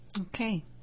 Okay